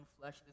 flesh